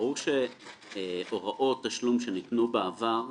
ברור שהוראות תשלום שניתנו בעבר,